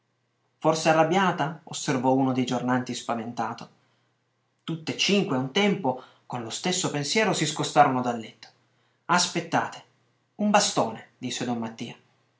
fosse arrabbiata osservò uno dei giornanti spaventato tutt'e cinque a un tempo con lo stesso pensiero si scostarono dal letto aspettate un bastone disse don mattia